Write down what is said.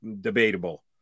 Debatable